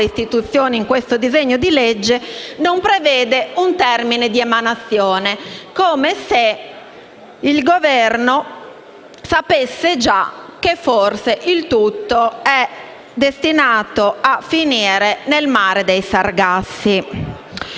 istituzione in questo disegno di legge, non prevede un termine di emanazione, come se il Governo sapesse già che forse il tutto è destinato a finire nel Mare dei Sargassi.